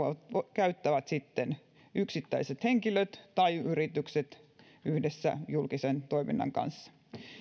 käyttävät sitten yksittäiset henkilöt tai yritykset yhdessä julkisen toiminnan kanssa